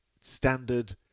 standard